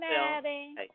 Maddie